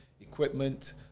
equipment